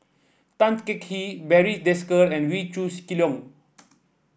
Tan Teng Kee Barry Desker and Wee Leong